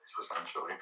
essentially